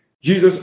Jesus